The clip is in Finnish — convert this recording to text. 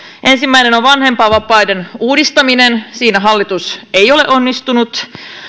ensimmäinen on vanhempainvapaiden uudistaminen siinä hallitus ei ole onnistunut